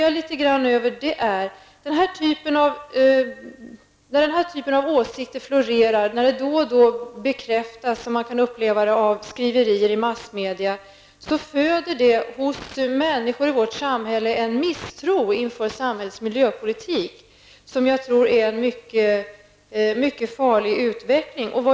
Att den här typen av åsikten florerar och att man då och då kan uppleva att dessa åsikter bekräftas genom skriverier i massmedia, föder hos människor i vårt samhälle en misstro inför samhällets miljöpolitik, och jag tror att det är en mycket farlig utveckling.